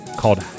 called